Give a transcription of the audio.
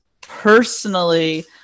personally